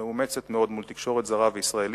מאומצת מאוד מול תקשורת זרה וישראלית,